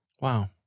Wow